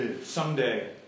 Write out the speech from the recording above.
someday